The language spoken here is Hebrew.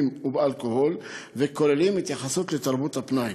ובאלכוהול וכוללים התייחסות לתרבות הפנאי,